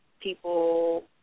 people